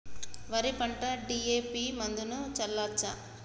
వరి పంట డి.ఎ.పి మందును చల్లచ్చా?